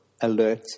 alert